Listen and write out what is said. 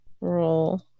roll